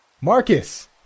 Marcus